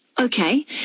Okay